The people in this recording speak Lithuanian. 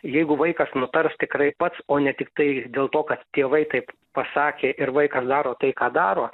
jeigu vaikas nutars tikrai pats o ne tiktai dėl to kad tėvai taip pasakė ir vaikas daro tai ką daro